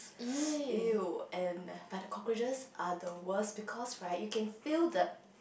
!eww! and but the cockroaches are the worst because right you can feel the